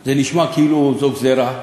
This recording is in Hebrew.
זה נשמע כאילו זו גזירה,